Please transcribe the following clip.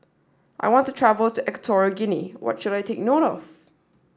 I want to travel to Equatorial Guinea what should I take note of